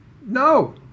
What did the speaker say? no